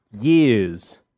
years